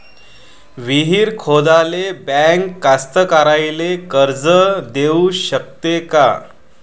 विहीर खोदाले बँक कास्तकाराइले कर्ज देऊ शकते का?